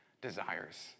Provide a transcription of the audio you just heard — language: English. desires